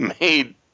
made